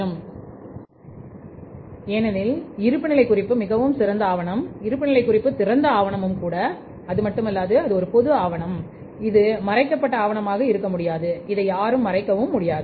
நாம் இதை செய்ய முடியும் ஏனெனில் இருப்புநிலை குறிப்பு மிகவும் திறந்த ஆவணம் இருப்புநிலை குறிப்பு திறந்த ஆவணம் மட்டுமல்லாது அது ஒரு பொது ஆவணம் இது மறைக்கப்பட்ட ஆவணமாக இருக்க முடியாது அதை யாரும் மறைக்க முடியாது